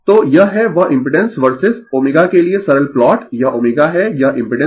तो यह है वह इम्पिडेंस वर्सेज ω के लिए सरल प्लॉट यह ω है यह इम्पिडेंस है